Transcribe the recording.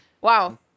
Wow